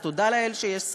אז תודה לאל שיש סקרים.